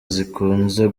zikunze